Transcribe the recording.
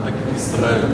חשבתי תגיד: ישראל.